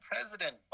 President